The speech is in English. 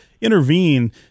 intervene